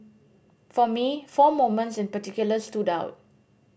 for me four moments in particular stood out